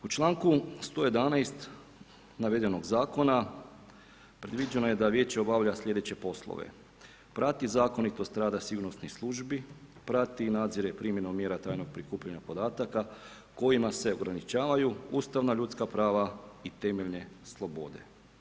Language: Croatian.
U čl. 111. navedenog Zakon predviđeno je da Vijeće obavlja slijedeće poslove: prati zakonitost rada sigurnosnih službi, prati i nadzire primjenu mjera trajnog prikupljanja podataka kojima se ograničavaju ustavna ljudska prava i temeljne slobode.